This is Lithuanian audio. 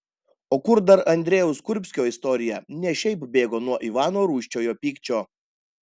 o kur dar andrejaus kurbskio istorija ne šiaip bėgo nuo ivano rūsčiojo pykčio